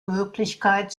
möglichkeit